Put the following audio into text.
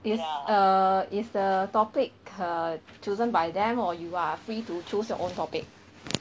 is err is the topic uh chosen by them or you are free to choose your own topic